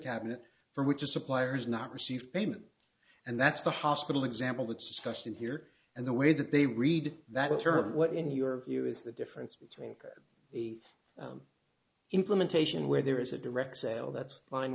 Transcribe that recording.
cabinet for which a supplier is not received payment and that's the hospital example it's discussion here and the way that they read that term what in your view is the difference between the implementation where there is a direct sale that's fine